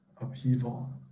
upheaval